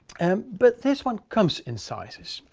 um but this one comes in sizes.